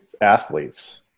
athletes